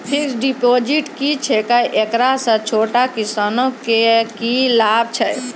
Fixed deposit की छिकै, एकरा से छोटो किसानों के की लाभ छै?